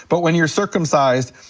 but when you're circumcised,